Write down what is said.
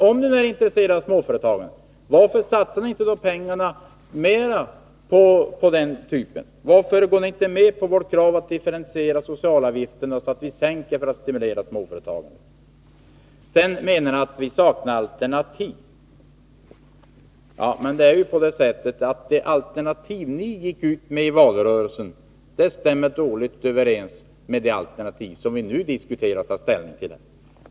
Om ni är intresserade av småföretagen, varför satsar ni då inte pengarna mera på den typen av företag? Varför går ni inte med på vårt förslag att differentiera socialförsäkringsavgifterna, så att vi sänker dem för att stimulera småföretagen? Ni menar att vi saknar alternativ. Men det alternativ som ni gick ut med i valrörelsen stämmer dåligt överens med det förslag som vi nu diskuterar och skall ta ställning till.